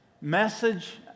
message